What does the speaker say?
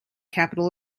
capital